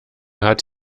hat